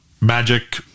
magic